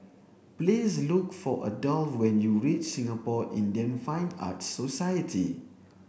please look for Adolf when you reach Singapore Indian Fine Arts Society